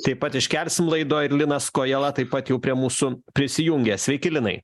taip pat iškelsim laidoj ir linas kojala taip pat jau prie mūsų prisijungė sveiki linai